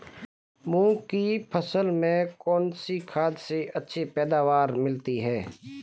मूंग की फसल में कौनसी खाद से अच्छी पैदावार मिलती है?